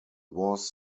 was